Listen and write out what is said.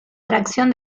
tracción